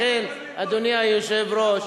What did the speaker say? לכן, אדוני היושב-ראש,